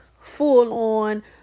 full-on